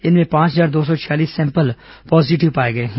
इनमें पांच हजार दो सौ छियालीस सैंपल पॉजिटिव पाए गए हैं